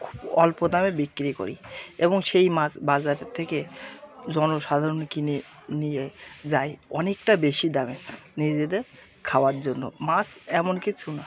খুব অল্প দামে বিক্রি করি এবং সেই মাছ বাজার থেকে জনসাধারণ কিনে নিয়ে যায় অনেকটা বেশি দামে নিজেদের খাওয়ার জন্য মাছ এমন কিছু না